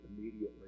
immediately